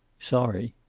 sorry.